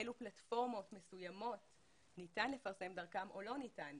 אלו פלטפורמות ניתן לפרסם דרכן או לא ניתן.